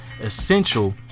essential